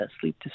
sleep